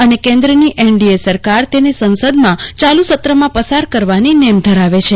અને કેન્દ્રની એનડીએ સરકાર તેને સંસદમાં ચાલુ સત્રમાં પસાર કરવાની નેમ ધરાવે છે